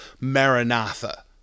maranatha